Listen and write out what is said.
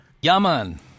Yaman